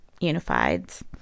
Unifieds